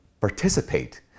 participate